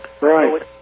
Right